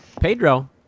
Pedro